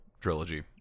trilogy